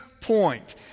point